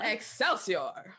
Excelsior